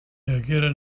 hagueren